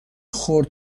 خرد